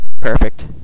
Perfect